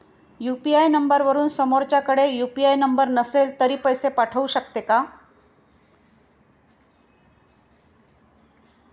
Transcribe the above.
UPI नंबरवरून समोरच्याकडे UPI number नसेल तरी पैसे पाठवू शकते का?